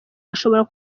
ashobora